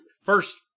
first